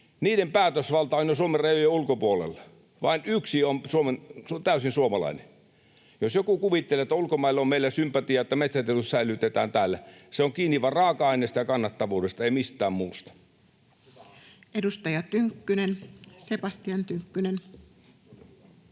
kahden päätösvalta on jo Suomen rajojen ulkopuolelle, vain yksi on täysin suomalainen. Jos joku kuvittelee, että ulkomailla on meille sympatiaa siinä, että metsäteollisuus säilytetään täällä, niin se on kiinni vain raaka-aineista ja kannattavuudesta, ei mistään muusta. Edustaja Tynkkynen, Sebastian.